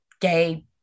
gay